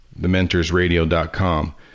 TheMentorsRadio.com